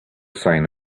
sign